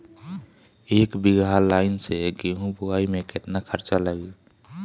एक बीगहा लाईन से गेहूं बोआई में केतना खर्चा लागी?